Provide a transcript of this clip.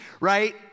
right